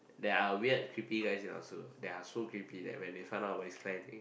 there are weird creepy guys in our school that are so creepy that when they found out about this kind of thing